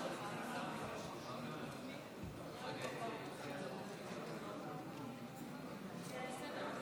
חברי הכנסת, תוצאות ההצבעה: 37 בעד,